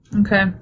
Okay